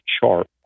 chart